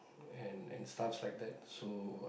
and and and stuffs like that so